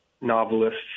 novelists